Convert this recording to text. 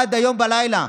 עד היום בלילה,